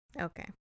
Okay